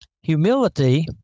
Humility